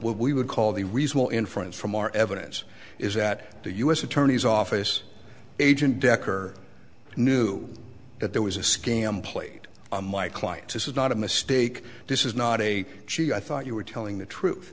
what we would call the reasonable inference from our evidence is that the u s attorney's office agent decker knew that there was a scam played on my client this is not a mistake this is not a cheat i thought you were telling the truth